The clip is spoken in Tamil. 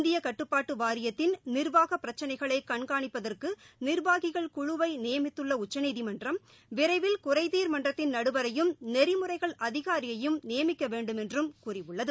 இந்திய கட்டுப்பாட்டு வாரியத்தின் நிர்வாக பிரச்சினைகளை கண்காணிப்பதற்கு நிர்வாகிகள் குழுவை நியமித்துள்ள உச்சநீதிமன்றம் விரைவில் குறைதீர் மன்றத்தின் நடுவரையும் நெறிமுறைகள் அதிகாரியையும் நியமிக்க வேண்டும் என்றும் கூறியுள்ளது